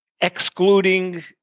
Excluding